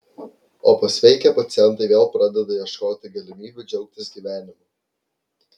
o pasveikę pacientai vėl pradeda ieškoti galimybių džiaugtis gyvenimu